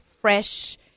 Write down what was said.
fresh